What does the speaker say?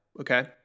Okay